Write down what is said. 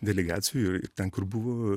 delegacijų ir ten kur buvo